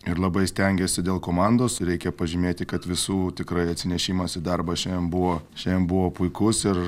ir labai stengiasi dėl komandos reikia pažymėti kad visų tikrai atsinešimas į darbą šiandien buvo šiandien buvo puikus ir